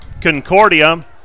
Concordia